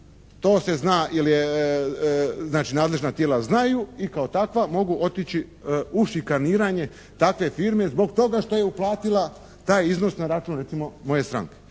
to se zna jer nadležna tijela znaju i kao takva mogu otići u šikaniranje takve firme zbog toga što je uplatila taj iznos na račun recimo moje stranke.